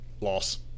Loss